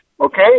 okay